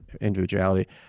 individuality